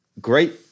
great